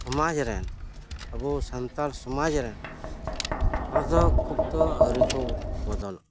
ᱥᱚᱢᱟᱡᱽ ᱨᱮᱱ ᱟᱵᱚ ᱥᱟᱱᱛᱟᱞ ᱥᱚᱢᱟᱡᱽ ᱨᱮᱱ ᱦᱚᱲ ᱫᱚ ᱠᱷᱩᱵᱽ ᱫᱚ ᱟᱹᱣᱨᱤ ᱠᱚ ᱵᱚᱫᱚᱞᱚᱜᱼᱟ